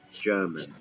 German